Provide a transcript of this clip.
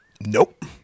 Nope